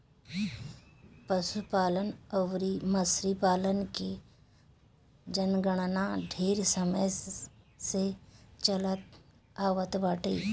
पशुपालन अउरी मछरी पालन के जनगणना ढेर समय से चलत आवत बाटे